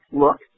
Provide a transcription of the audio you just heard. look